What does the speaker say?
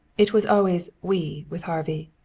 it was always we with harvey.